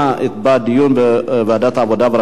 מוקדם בוועדת העבודה,